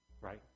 right